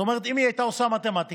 זאת אומרת, אם היא הייתה עושה מתמטיקה,